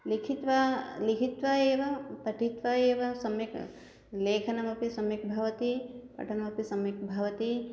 लिखित्वा लिहित्वा एव पठित्वा एव सम्यक् लेखनमपि सम्यक् भवति पठनमपि सम्यक् भवति